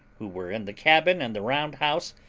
who were in the cabin and the round-house,